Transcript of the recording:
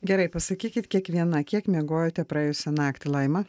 gerai pasakykit kiekviena kiek miegojote praėjusią naktį laima